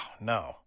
no